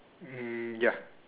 um ya